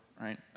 right